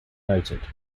noted